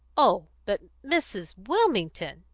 oh, but mrs. wilmington!